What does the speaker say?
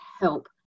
help